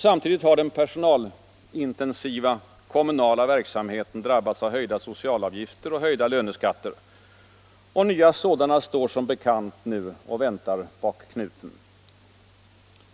Samtidigt har den personalintensiva kommunala verksamheten drabbats av höjda socialavgifter och höjda löneskatter. Nya sådana står som bekant nu och väntar bak knuten.